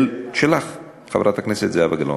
שלך, חברת הכנסת זהבה גלאון,